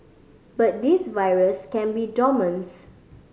but this virus can be dormants